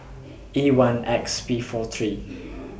E one X P four three